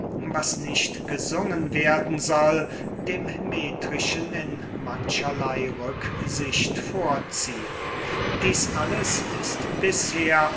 was nicht gesungen werden soll dem metrischen in mancherley rücksicht vorziehe dieß alles ist bisher